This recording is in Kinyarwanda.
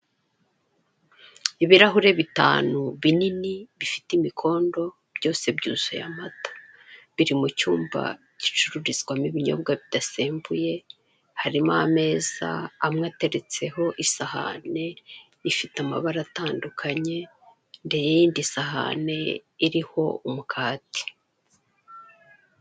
Ibirahure bitanu binini bifite imikondo byose byuzuyemo amata, biri mu cyumba gicururizwamo ibinyobwa bidasembuye harimo ameza amwe ateretseho isahene ifite amabara atandukanye ndende isahane iriho umukati.